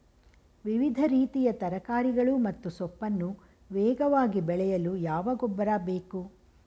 ವಿವಿಧ ರೀತಿಯ ತರಕಾರಿಗಳು ಮತ್ತು ಸೊಪ್ಪನ್ನು ವೇಗವಾಗಿ ಬೆಳೆಯಲು ಯಾವ ಗೊಬ್ಬರ ಬೇಕು?